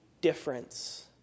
difference